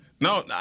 No